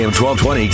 1220